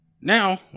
Now